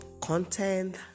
content